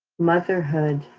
motherhood,